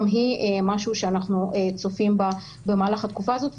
היא משהו שאנחנו צופים אותה במהלך התקופה הזאת,